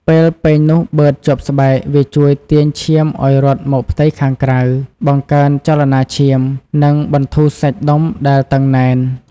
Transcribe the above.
ពេលពែងនោះបឺតជាប់ស្បែក វាជួយទាញឈាមឲ្យរត់មកផ្ទៃខាងក្រៅ បង្កើនចលនាឈាម និងបន្ធូរសាច់ដុំដែលតឹងណែន។